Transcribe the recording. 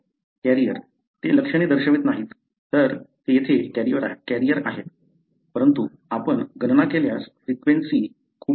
carrier ते लक्षणे दर्शवत नाहीत तर ते तेथे कॅरियर आहेत परंतु आपण गणना केल्यास फ्रिक्वेंसी खूपच लहान आहे